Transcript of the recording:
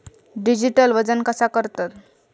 Digital वजन कसा करतत?